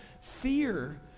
Fear